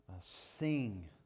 sing